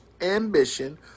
ambition